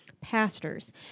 pastors